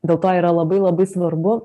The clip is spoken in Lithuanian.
dėl to yra labai labai svarbu